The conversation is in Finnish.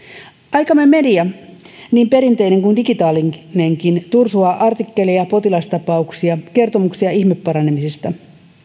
aikamme media niin perinteinen kuin digitaalinenkin tursuaa artikkeleja potilasta pauksia kertomuksia ihmeparanemisista